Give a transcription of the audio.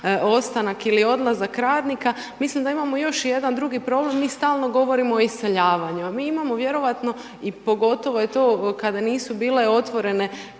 ostanak ili odlazak radnika, mislim da imamo još jedan drugi problem, mi stalno govorimo o iseljavanju a mi imamo vjerovatno i pogotovo je to kada nisu bile otvorene